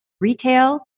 retail